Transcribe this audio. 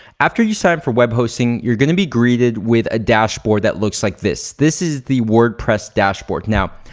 after you so um for web hosting, you're gonna be greeted with a dashboard that looks like this. this is the wordpress dashboard. now,